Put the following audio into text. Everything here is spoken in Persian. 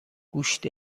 گوشت